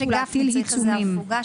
אני רוצה לדעת כל פעם מה הייתה תוצאת ההצבעה.